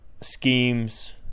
schemes